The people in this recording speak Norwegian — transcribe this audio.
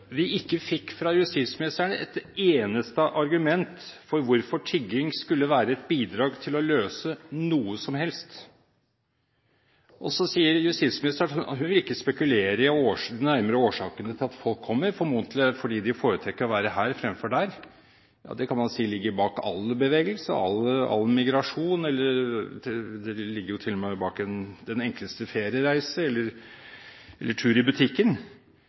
vi ikke fikk et eneste argument fra justisministeren for hvorfor tigging skulle være et bidrag til å løse noe som helst. Og så vil ikke justisministeren spekulere på de nærmere årsakene til at folk kommer, som formodentlig er at de foretrekker å være her fremfor der. Det kan man si ligger bak all bevegelse, all migrasjon. Det ligger til og med bak den enkleste feriereise eller tur i butikken.